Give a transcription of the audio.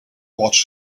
watch